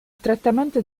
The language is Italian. trattamento